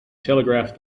telegraph